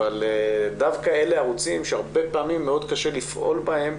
אבל דווקא אלה ערוצים שהרבה פעמים מאוד קשה לפעול בהם,